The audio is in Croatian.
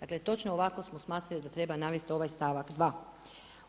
Dakle, točno ovako smo smatrali da treba navesti u ovaj stavak 2.